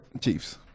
Chiefs